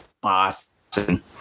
Boston